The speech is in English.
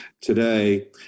today